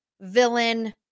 villain